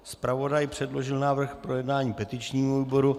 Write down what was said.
Zpravodaj předložil návrh k projednání petičnímu výboru.